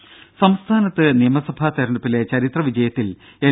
ദര സംസ്ഥാനത്ത് നിയമസഭാ തെരഞ്ഞെടുപ്പിലെ ചരിത്ര വിജയത്തിൽ എൽ